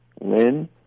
Lynn